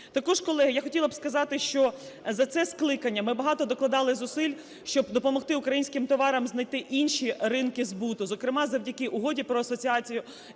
Також, колеги, я хотіла б сказати, що за це скликання ми багато докладали зусиль, щоб допомогти українським товарам знайти інші ринки збуту, зокрема завдяки Угоді про асоціацію